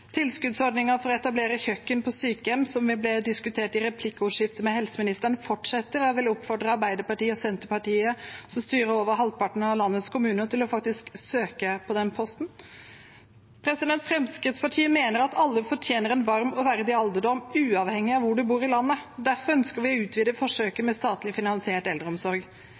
for å etablere kjøkken på sykehjem – som ble diskutert i replikkordskiftet med helseministeren – fortsetter, og jeg vil oppfordre Arbeiderpartiet og Senterpartiet, som styrer over halvparten av landets kommuner, til faktisk å søke på den posten. Fremskrittspartiet mener at alle fortjener en varm og verdig alderdom uavhengig av hvor man bor i landet. Derfor ønsker vi å utvide forsøket med statlig finansiert eldreomsorg.